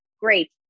great